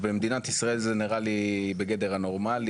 במדינת ישראל זה נראה לי בגדר הנורמלי,